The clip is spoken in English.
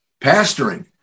Pastoring